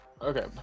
okay